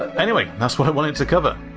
anyway, that's what i wanted to cover.